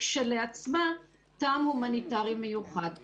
לא תהווה כשלעצמה טעם הומניטרי מיוחד" .